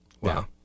Wow